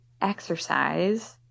exercise